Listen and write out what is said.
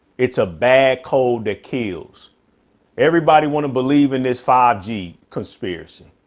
it's a bad cold that kills everybody. want to believe in this five g conspiracy.